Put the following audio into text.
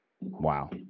Wow